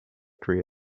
korea